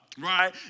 right